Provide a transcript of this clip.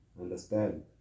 Understand